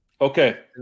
Okay